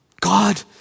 God